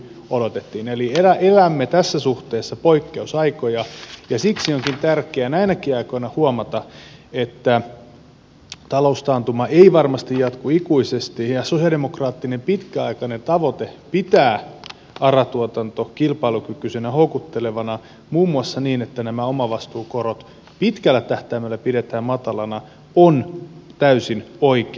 eli elämme tässä suhteessa poikkeusaikoja ja siksi onkin tärkeää näinäkin aikoina huomata että taloustaantuma ei varmasti jatku ikuisesti ja sosiaalidemokraattinen pitkäaikainen tavoite pitää ara tuotanto kilpailukykyisenä houkuttelevana muun muassa niin että nämä omavastuukorot pitkällä tähtäimellä pidetään matalana on täysin oikea tavoite